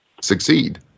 Succeed